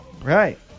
Right